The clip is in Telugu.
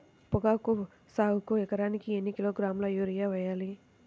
పొగాకు సాగుకు ఎకరానికి ఎన్ని కిలోగ్రాముల యూరియా వేయాలి?